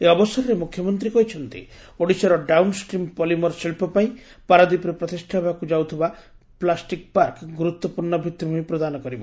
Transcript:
ଏହି ଅବସରରେ ମୁଖ୍ୟମନ୍ତୀ କହିଛନ୍ତି ଓଡ଼ିଶାର ଡାଉନ ଷ୍ଟିମ୍ ପଲିମର ଶିଳ୍ବ ପାଇଁ ପାରାଦୀପରେ ପ୍ରତିଷ୍ଷା ହେବାକୁ ଯାଉଥିବା ପ୍ଲାଷ୍ଟକ୍ ପାର୍କ ଗୁରୁତ୍ୱପୂର୍ଣ୍ଣ ଭିଭିଭୂମି ପ୍ରଦାନ କରିବ